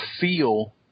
feel